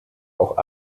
auch